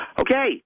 Okay